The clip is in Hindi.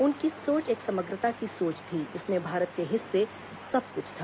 उनकी सोच एक समग्रता की सोच थी जिसमें भारत के हिस्से सब कुछ था